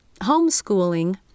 Homeschooling